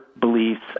beliefs